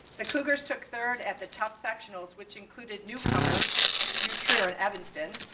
the cougars took third at the tough sectionals which included newcomers nutria and evanston.